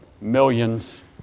millions